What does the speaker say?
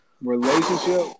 relationship